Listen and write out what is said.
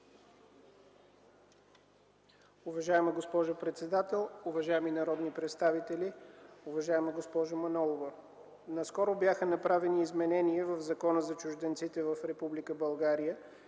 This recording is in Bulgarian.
Уважаема госпожо председател, уважаеми народни представители! Уважаема госпожо Манолова, наскоро бяха направени изменения в Закона за чужденците в Република България